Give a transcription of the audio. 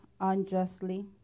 unjustly